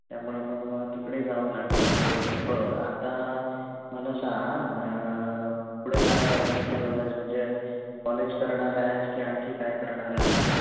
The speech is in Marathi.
त्यामुळे मग मग तिकडे जावं लागलं बरं आता मला सांग पुढे काय करायचं ठरवलं आहेस म्हणजे कॉलेज करणार आहे की आणखी काय करणार आहेस